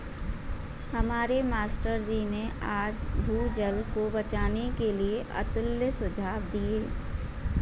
हमारे मास्टर जी ने आज भूजल को बचाने के लिए अतुल्य सुझाव दिए